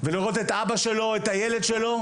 ולראות את אבא שלו, או את הילד שלו,